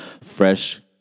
fresh